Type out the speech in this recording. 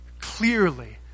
Clearly